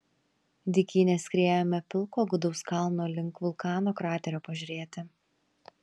dykyne skriejome pilko gūdaus kalno link vulkano kraterio pažiūrėti